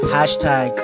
Hashtag